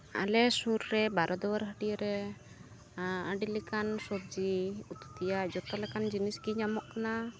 ᱟᱞᱮ ᱥᱩᱨ ᱨᱮ ᱵᱟᱨᱚᱫᱩᱣᱟᱹᱨ ᱦᱟᱹᱴᱭᱟᱹᱨᱮ ᱟᱹᱰᱤ ᱞᱮᱠᱟᱱ ᱥᱚᱵᱡᱤ ᱩᱛᱩᱛᱮᱭᱟᱜ ᱡᱚᱛᱚᱞᱮᱠᱟᱱ ᱡᱤᱱᱤᱥᱜᱤ ᱧᱟᱢᱚᱜ ᱠᱟᱱᱟ